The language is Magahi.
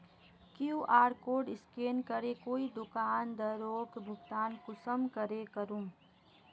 कियु.आर कोड स्कैन करे कोई दुकानदारोक भुगतान कुंसम करे करूम?